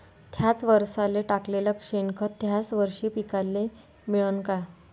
थ्याच वरसाले टाकलेलं शेनखत थ्याच वरशी पिकाले मिळन का?